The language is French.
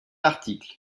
l’article